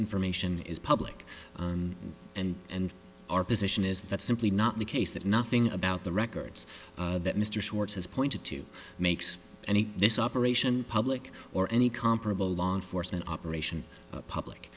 information is public and and our position is that's simply not the case that nothing about the records that mr schwartz has pointed to makes any this operation public or any comparable law enforcement operation public